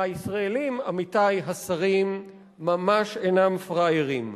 והישראלים, עמיתי השרים, ממש אינם פראיירים.